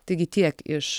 taigi tiek iš